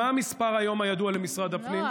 מה המספר הידוע היום למשרד הפנים?